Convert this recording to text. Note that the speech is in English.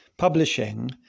publishing